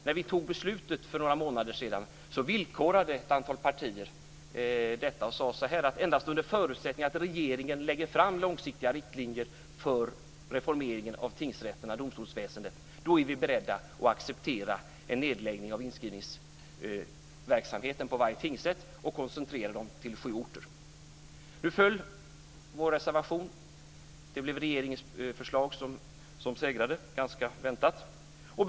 När vi tog beslutet för några månader sedan villkorade ett antal partier detta och sade att endast under förutsättning att regeringen lägger fram långsiktiga riktlinjer för reformeringen av tingsrätterna, domstolsväsendet, är vi beredda att acceptera en nedläggning av inskrivningsverksamheten på varje tingsrätt och koncentrera den till sju orter. Nu föll vår reservation, och det blev regeringens förslag som segrade, ganska väntat.